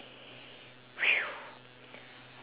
!whew!